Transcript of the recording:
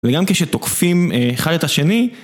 וגם כשתוקפים אחד את השני